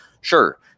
Sure